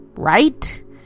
right